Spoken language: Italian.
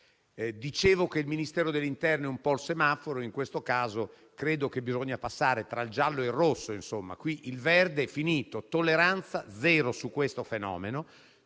Dicevo che il Ministero dell'interno è in un certo senso il semaforo: in questo caso credo che bisogna passare tra il giallo e il rosso; il verde è finito, ossia la tolleranza zero su questo fenomeno.